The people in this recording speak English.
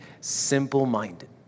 simple-minded